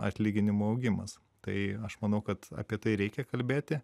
atlyginimų augimas tai aš manau kad apie tai reikia kalbėti